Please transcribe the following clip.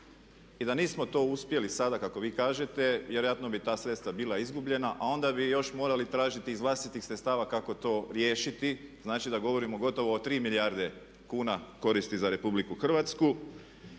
I da nismo to uspjeli sada kako vi kažete vjerojatno bi ta sredstva bila izgubljena a onda bi još morali tražiti iz vlastitih sredstava kako to riješiti, znači da govorimo gotovo o 3 milijarde kuna koristi za RH.